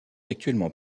actuellement